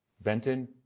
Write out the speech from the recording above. Benton